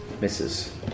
misses